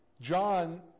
John